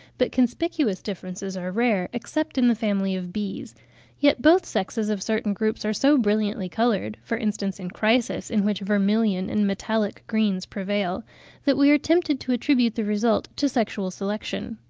but conspicuous differences are rare except in the family of bees yet both sexes of certain groups are so brilliantly coloured for instance in chrysis, in which vermilion and metallic greens prevail that we are tempted to attribute the result to sexual selection.